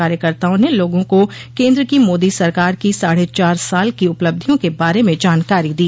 कार्यकर्ताओं ने लोगों को केन्द्र की मोदी सरकार की साढ़े चार साल की उपलब्धियों के बारे में जानकारी दी